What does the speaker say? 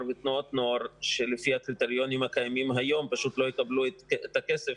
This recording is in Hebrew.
ותנועות נוער שלפי הקריטריונים הקיימים היום פשוט לא יקבלו את הכסף,